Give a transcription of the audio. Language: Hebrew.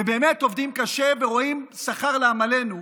ובאמת עובדים קשה ורואים שכר בעמלנו,